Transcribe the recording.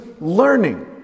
learning